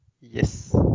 Yes